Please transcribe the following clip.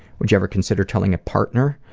would you ever consider telling a partner?